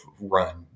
run